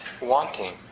wanting